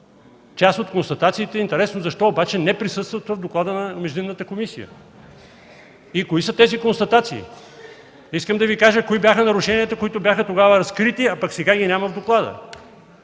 част от констатациите интересно защо обаче не присъстват в доклада на междинната комисия. И кои са тези констатации? Искам да Ви кажа кои бяха нарушенията, които бяха разкрити тогава, пък сега ги няма в доклада.